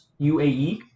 uae